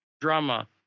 drama